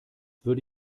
würde